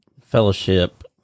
fellowship